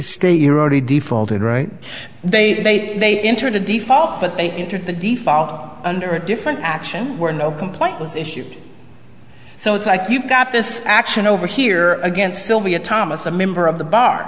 state you're already defaulted right they they they entered a default but they entered the default under a different action where no complaint was issued so it's like you've got this action over here against sylvia thomas a member of the bar